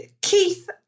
Keith